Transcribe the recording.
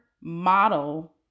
model